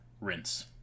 rinse